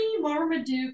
Marmaduke